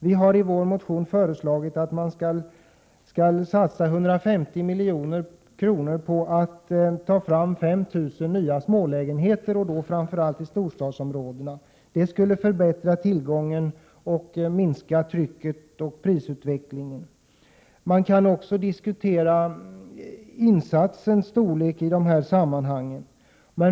Vi har i vår motion föreslagit en satsning på 150 milj.kr. till att ordna 5 000 nya smålägenheter — framför allt i storstadsområdena. Detta skulle förbättra tillgången, minska trycket på bostadsmarknaden och hejda prisutvecklingen. För det andra kan man diskutera insatsens storlek i detta sammanhang.